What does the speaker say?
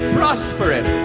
prosper it.